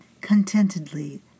contentedly